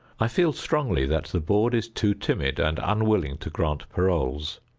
i feel strongly that the board is too timid and unwilling to grant paroles.